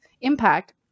impact